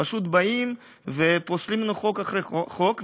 פשוט באים ופוסלים לנו חוק אחרי חוק,